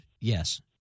yes